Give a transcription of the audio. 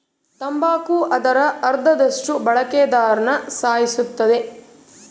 ತಂಬಾಕು ಅದರ ಅರ್ಧದಷ್ಟು ಬಳಕೆದಾರ್ರುನ ಸಾಯಿಸುತ್ತದೆ